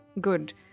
good